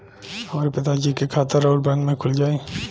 हमरे पिता जी के खाता राउर बैंक में खुल जाई?